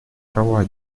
права